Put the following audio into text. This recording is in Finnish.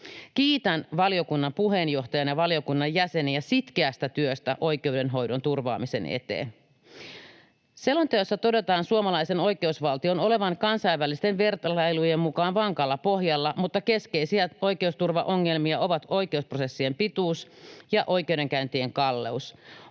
Kiitän valiokunnan puheenjohtajana valiokunnan jäseniä sitkeästä työstä oikeudenhoidon turvaamisen eteen. Selonteossa todetaan suomalaisen oikeusvaltion olevan kansainvälisten vertailujen mukaan vankalla pohjalla, mutta keskeisiä oikeusturvaongelmia ovat oikeusprosessien pituus ja oikeudenkäyntien kalleus.